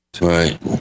Right